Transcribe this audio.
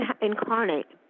Incarnate